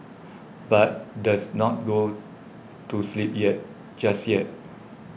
but does not go to sleep yet just yet